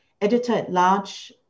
editor-at-large